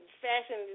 fashion